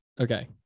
Okay